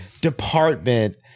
Department